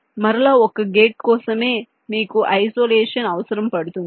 మరలా ఒక్క గేట్ కోసమే మీకు ఐసోలేషన్ అవసరం పడుతుంది